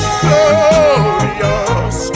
glorious